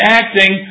acting